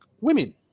women